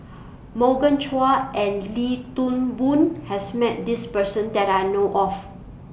Morgan Chua and Wee Toon Boon has Met This Person that I know of